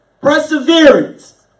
perseverance